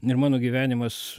ir mano gyvenimas